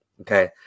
Okay